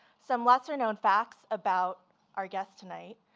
some lesser known facts about our guest tonight.